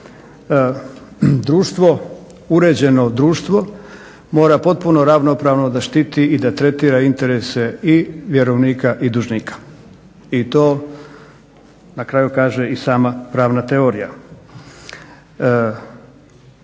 uređeno društvo mora potpuno ravnopravno da štiti i da tretira interese i vjerovnika i dužnika. I to na kraju kaže i sama pravna teorija.